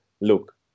look